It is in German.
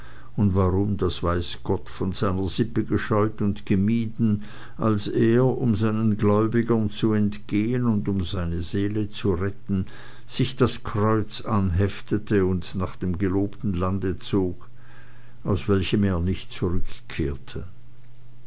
und warum das weiß gott von seiner sippe gescheut und gemieden als er um seinen gläubigern zu entgehen und um seine seele zu retten sich das kreuz anheftete und nach dem gelobten lande zog aus welchem er nicht zurückkehrte